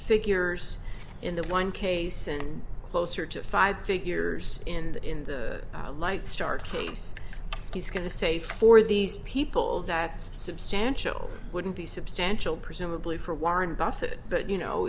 figures in the one case and closer to five figures in the in the light star case he's going to say for these people that substantial wouldn't be substantial presumably for warren buffett but you know